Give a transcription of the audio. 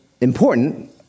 important